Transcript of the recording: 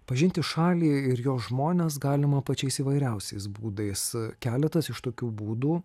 pažinti šalį ir jo žmones galima pačiais įvairiausiais būdais keletas iš tokių būdų